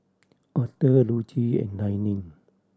Author Dulcie and Dallin